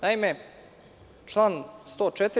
Naime, član 104.